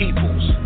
People's